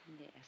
Yes